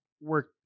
work